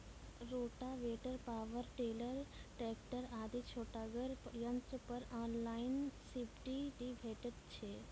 Rotavator, power tiller, tractor आदि छोटगर यंत्र पर ऑनलाइन सब्सिडी भेटैत छै?